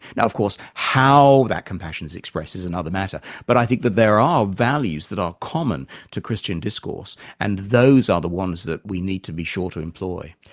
now of course how that compassion's expressed is another matter but i think that there are values that are common to christian discourse and that those are the ones that we need to be sure to employ.